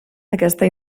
aquesta